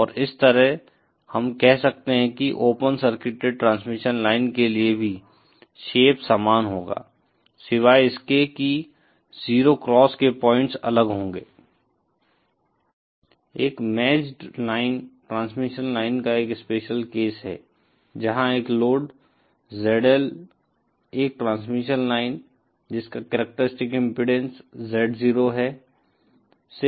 और इस तरह हम कह सकते हैं कि ओपन सर्किटेड ट्रांसमिशन लाइन के लिए भी शेप समान होगा सिवाय इसके कि 0 क्रॉस के पॉइंट्स अलग होंगे एक मैच्ड लाइन ट्रांसमिशन लाइन का एक स्पेशल केस है जहां एक लोड ZL एक ट्रांसमिशन लाइन जिसका कैरक्टरिस्टिक्स इम्पीडेन्स Z0 है से जुड़ा है